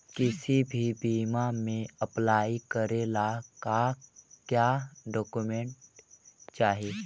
किसी भी बीमा में अप्लाई करे ला का क्या डॉक्यूमेंट चाही?